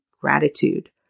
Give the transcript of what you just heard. gratitude